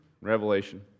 Revelation